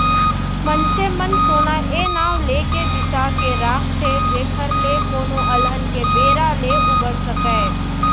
मनसे मन सोना ए नांव लेके बिसा के राखथे जेखर ले कोनो अलहन के बेरा ले उबर सकय